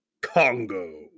Congo